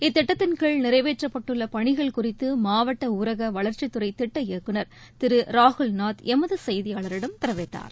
இத்திட்டத்தின்கீழ் நிறைவேற்றப்பட்டுள்ள பணிகள் குறித்து மாவட்ட ஊரக வளர்ச்சித்துறை திட்ட இயக்குநர் திரு ராகுல்நாத் எமது செய்தியாளரிடம் தெரிவித்தார்